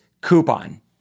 coupon